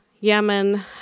Yemen